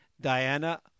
Diana